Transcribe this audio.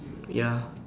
ya